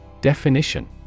Definition